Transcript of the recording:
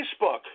Facebook